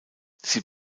sie